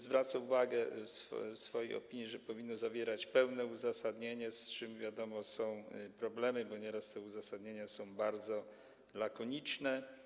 Zwraca uwagę w swojej opinii, że powinno zawierać pełne uzasadnienie, z czym, wiadomo, są problemy, bo nieraz te uzasadnienia są bardzo lakoniczne.